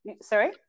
sorry